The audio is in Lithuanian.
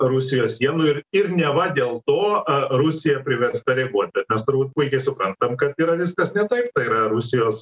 rusijos sienų ir ir neva dėl to rusija priversta reaguot bet mes turbūt puikiai suprantam kad yra viskas ne taip tai yra rusijos